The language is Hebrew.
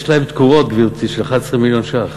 יש להם תקורות, גברתי, של 11 מיליון ש"ח.